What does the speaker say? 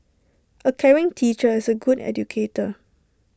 A caring teacher is A good educator